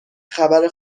خبر